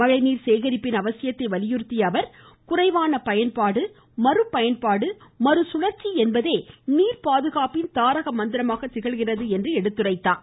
மழைநீர் சேகரிப்பின் அவசியத்தை வலியுறுத்திய அவர் குறைவான பயன்பாடு மறு பயன்பாடு மறு கழற்சி என்பதே நீர்பாதுகாப்பின் தாரக மந்திரமாக திகழ்கிறது என்றார்